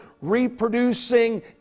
reproducing